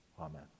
Amen